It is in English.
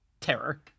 terror